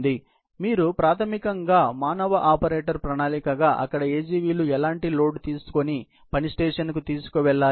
కాబట్టి మీరు ప్రాథమికంగా మానవ ఆపరేటర్ ప్రణాళికగా అక్కడ AGV లు ఎలాంటి లోడ్ తీసుకొని పని స్టేషన్కు తీసుకువెళ్లాలి